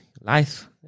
Life